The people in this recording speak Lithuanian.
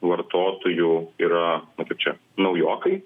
vartotojų yra na kaip čia naujokai